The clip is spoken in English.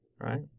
right